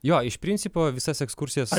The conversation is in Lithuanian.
jo iš principo visas ekskursijas